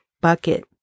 bucket